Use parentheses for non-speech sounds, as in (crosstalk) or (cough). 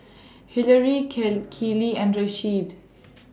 Hillary (unintelligible) Keeley and Rasheed